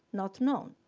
not known.